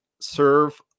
serve